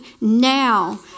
now